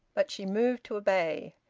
but she moved to obey.